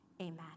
amen